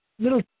little